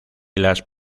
las